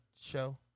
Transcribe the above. show